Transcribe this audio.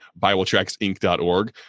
BibleTracksInc.org